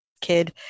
kid